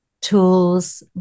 tools